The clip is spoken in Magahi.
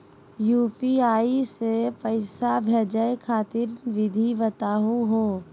यू.पी.आई स पैसा भेजै खातिर विधि बताहु हो?